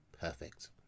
perfect